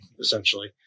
essentially